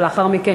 ולאחר מכן,